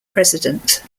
president